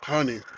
Honey